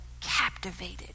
captivated